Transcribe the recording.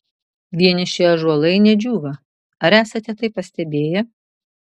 vieniši ąžuolai nudžiūva ar esate tai pastebėję